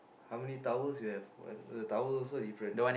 how many towels you have why why the towel also different